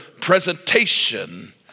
presentation